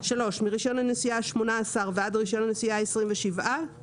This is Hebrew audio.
מרישיון הנסיעה העשירי ועד לרישיון הנסיעה השבעה-עשר